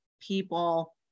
people